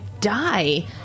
die